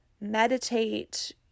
meditate